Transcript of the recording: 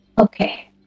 Okay